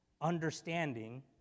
understanding